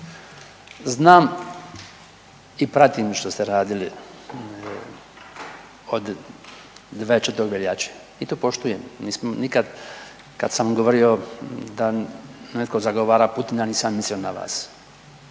znam i pratim što ste radili od veljače do veljače, nismo nikad kad sam govorio da netko zagovara Putina nisam mislio na vas.